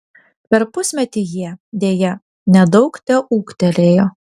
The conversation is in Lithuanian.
per pusmetį jie deja nedaug teūgtelėjo